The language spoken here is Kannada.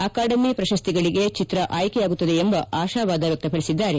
ಅಕಾಡೆಮಿ ಪ್ರಶಸ್ತಿಗಳಿಗೆ ಚಿತ್ರ ಆಯ್ಲೆಯಾಗುತ್ತದೆ ಎಂಬ ಆಶಾವಾದ ವ್ಯಕ್ತಪಡಿಸಿದ್ದಾರೆ